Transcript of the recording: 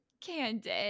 Candid